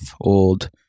old